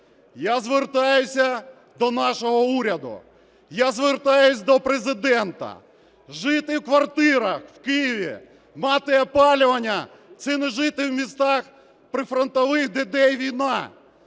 Я звертаюся до нашого уряду, я звертаюсь до Президента: жити в квартирах в Києві, мати опалювання – це не жити в містах прифронтових, де йде війна.